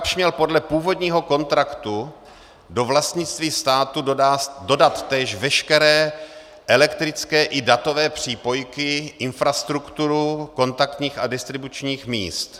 Kapsch měl podle původního kontraktu do vlastnictví státu dodat též veškeré elektrické i datové přípojky, infrastrukturu kontaktních a distribučních míst.